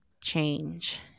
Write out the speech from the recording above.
change